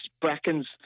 Brackens